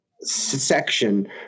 section